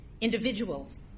individuals